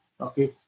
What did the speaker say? Okay